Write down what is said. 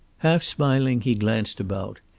half smiling, he glanced about.